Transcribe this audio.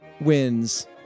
wins